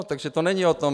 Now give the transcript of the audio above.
Takže to není o tom.